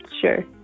Sure